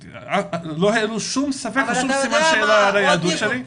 לא העלו שום ספק, או שום סימן שאלה על היהדות שלי.